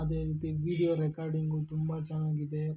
ಅದೇ ರೀತಿ video recording ತುಂಬ ಚೆನ್ನಾಗಿದೆ